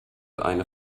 eine